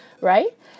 right